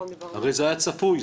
הרי זה היה צפוי,